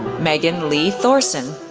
megan lee thoreson,